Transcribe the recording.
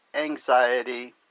anxiety